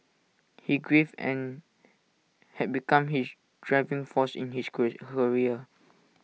his grief and had become his driving force in his career